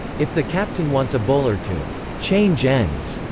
if the captain wants a bowler to change ends,